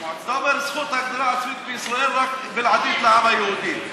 זה אומר שזכות הגדרה עצמית בישראל היא בלעדית לעם היהודי.